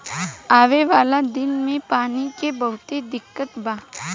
आवे वाला दिन मे पानी के बहुते दिक्कत बा